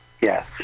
Yes